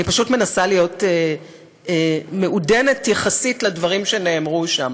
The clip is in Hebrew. אני פשוט מנסה להיות מעודנת יחסית לדברים שנאמרו שם.